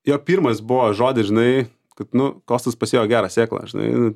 jo pirmas buvo žodis žinai kad nu kostas pasėjo gerą sėklą žinai